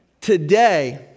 Today